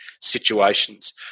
situations